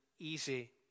easy